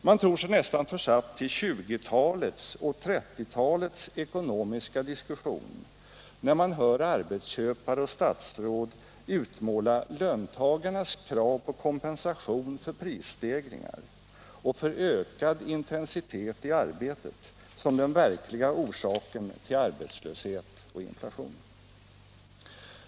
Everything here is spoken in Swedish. Man tror sig nästan försatt till 1920-talets och 1930-talets ekonomiska diskussion när man hör arbetsköpare och statsråd utmåla löntagarnas krav på kompensation för prisstegringar och för ökad intensitet i arbetet som den verkliga orsaken till arbetslöshet och inflation.